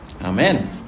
Amen